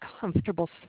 comfortable